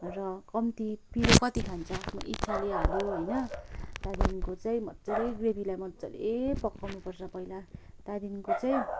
र कम्ती पिरो कति खान्छ आफ्नो इच्छाले हाल्यो होइन त्यहाँदेखिको चाहिँ मज्जाले ग्रेभीलाई मज्जाले पकाउँनु पर्छ पहिला त्यहाँदेखिको चाहिँ